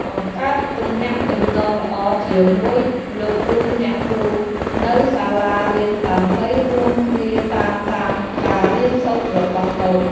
បង្កើតទំនាក់ទំនងល្អជាមួយលោកគ្រូអ្នកគ្រូនៅសាលារៀនដើម្បីរួមគ្នាតាមដានការរៀនសូត្ររបស់កូន។